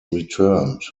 returned